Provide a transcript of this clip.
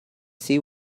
see